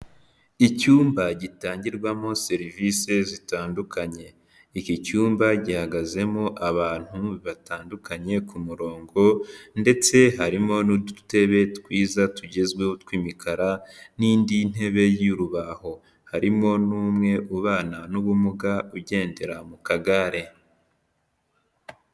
Icyumba gitangirwamo serivisi zitandukanye, iki cyumba gihagazemo abantu batandukanye ku murongo, ndetse harimo n'udutebe twiza tugezweho tw'imikara n'indi ntebe y'urubaho, harimo n'umwe ubana n'ubumuga ugendera mu kagare.